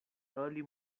early